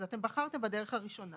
אז אתם בחרתם בדרך הראשונה.